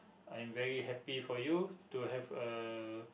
I am very happy for you to have a